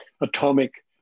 atomic